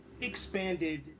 expanded